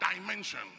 dimension